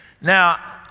Now